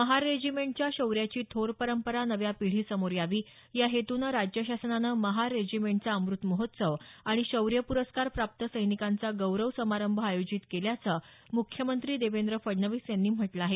महार रेजिमेंटच्या शौऱ्याची थोर परंपरा नव्या पिढीसमोर यावी या हेतूनं राज्य शासनानं महार रेजिमेंटचा अमृत महोत्सव आणि शौर्य प्रस्कार प्राप्त सैनिकांचा गौरव समारंभ आयोजित केल्याचं मुख्यमंत्री देवेंद्र फडणवीस यांनी म्हटलं आहे